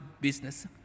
business